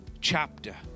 chapter